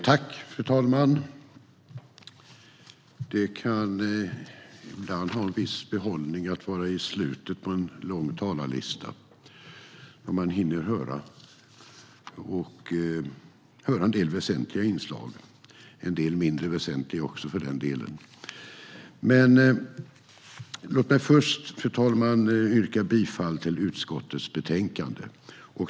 Fru talman! Det kan ibland innebära en viss behållning att vara i slutet av en lång talarlista. Man hinner höra en del väsentliga inslag - och en del mindre väsentliga inslag också, för den delen. Låt mig först, fru talman, yrka bifall till utskottets förslag.